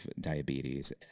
diabetes